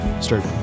start